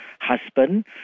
husband